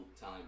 time